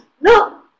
No